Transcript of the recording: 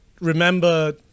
remember